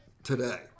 Today